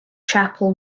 chappell